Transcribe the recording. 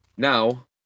Now